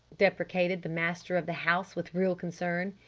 deprecated the master of the house with real concern.